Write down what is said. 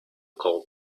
call